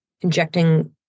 injecting